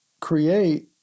create